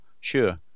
sure